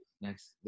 next